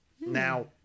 Now